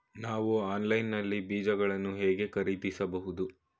ನಾವು ಆನ್ಲೈನ್ ನಲ್ಲಿ ಬೀಜಗಳನ್ನು ಹೇಗೆ ಖರೀದಿಸಬಹುದು?